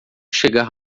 chegar